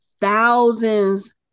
thousands